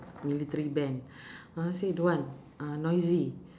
military band mum said don't want uh noisy